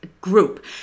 group